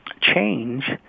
change